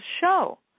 show